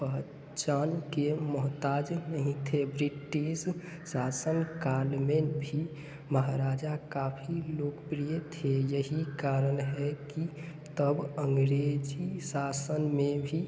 पहचान के मोहताज नहीं थे ब्रिटिश शासन काल में भी महाराजा काफ़ी लोकप्रिय थे यही कारण है कि तब अंग्रेजी शासन में भी